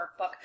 workbook